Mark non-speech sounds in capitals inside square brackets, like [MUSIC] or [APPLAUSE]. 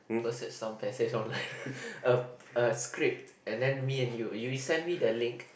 must have some passage online [LAUGHS] um a script and then me and you you send me the link